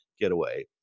getaway